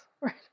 Right